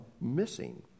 missing